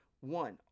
One